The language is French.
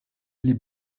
les